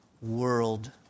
World